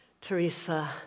Teresa